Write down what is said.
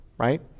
Right